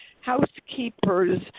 housekeepers